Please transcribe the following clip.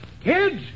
Kids